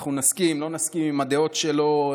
נסכים או לא נסכים עם הדעות שלו,